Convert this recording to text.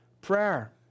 prayer